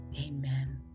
amen